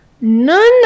None